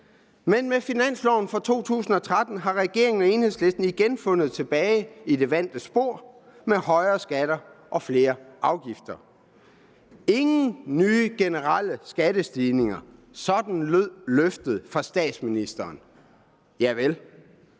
Men med finansloven for 2013 har regeringen og Enhedslisten igen fundet tilbage i det vante spor med højere skatter og flere afgifter. Ingen nye generelle skattestigninger. Sådan lød løftet fra statsministeren.